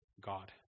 God